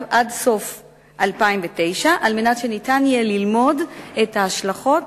עד לסוף שנת 2009 על מנת שניתן יהיה ללמוד את ההשלכות